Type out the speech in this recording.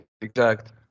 exact